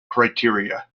criteria